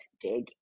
dig